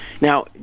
now